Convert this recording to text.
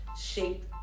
shape